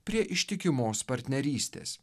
prie ištikimos partnerystės